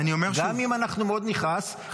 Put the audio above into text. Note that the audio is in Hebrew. גם אם אנחנו מאוד נכעס,